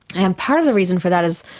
and part of the reason for that is,